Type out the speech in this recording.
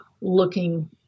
looking